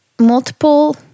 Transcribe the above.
multiple